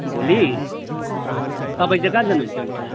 भोलि तपाईँ चाहिँ कहाँ जानुहुन्छ अन्त